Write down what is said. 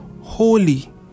holy